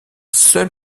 seul